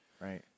Right